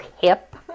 hip